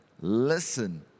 listen